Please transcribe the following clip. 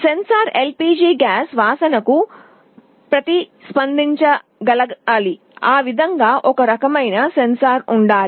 censor LPG gas వాసన కు ప్రతిస్పందించగలగాలి ఆ విధంగా ఒక రకమైన సెన్సార్ ఉండాలి